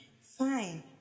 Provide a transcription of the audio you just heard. fine